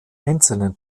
einzelnen